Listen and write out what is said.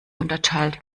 unterteilt